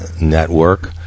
network